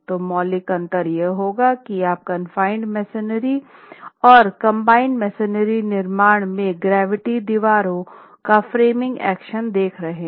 तो मौलिक अंतर यह होगा कि आप कन्फ़ाइनेड मेसनरी और कंबाइंड मेसनरी निर्माण में गुरुत्वाकर्षण दीवारों का फ्रेमिंग एक्शन देख रहे है